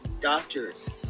doctors